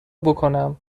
بکنم